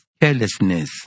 carelessness